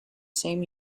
same